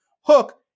Hook